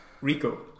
Rico